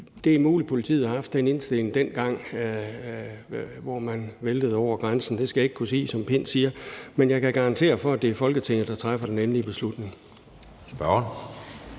Det er muligt, at politiet har haft den indstilling, dengang det væltede ind over grænsen, som Søren Pind siger – det skal jeg ikke kunne sige – men jeg kan garantere for, at det er Folketinget, der træffer den endelige beslutning. Kl.